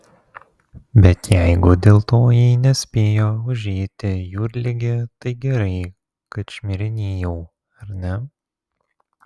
bet jeigu dėl to jai nespėjo užeiti jūrligė tai gerai kad šmirinėjau ar ne